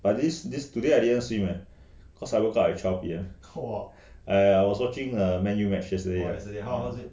but this this today I didn't swim eh cause I woke up at twelve P_M !aiya! I was watching err M_U match yesterday